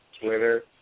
Twitter